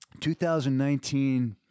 2019